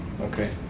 okay